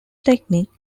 technique